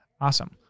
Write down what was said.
awesome